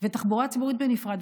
ותחבורה ציבורית בנפרד,